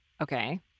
Okay